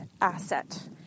asset